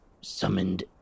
Summoned